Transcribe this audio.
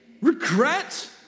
Regret